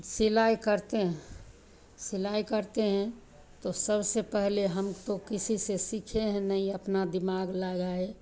सिलाई करते हैं सिलाई करते हैं तो सबसे पहले हम तो किसी से सीखे हैं नहीं अपना दिमाग लगाए